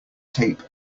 tape